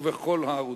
ובכל הערוצים,